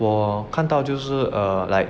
我看到就是 err like